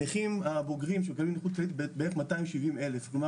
הנכים הבוגרים הם בערך 270,000. כלומר